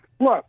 look